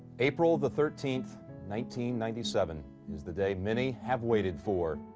april the thirteenth nineteen ninety-seven is the day many have waited for.